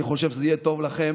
אני חושב שזה יהיה טוב לכם,